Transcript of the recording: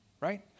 Right